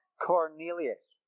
Cornelius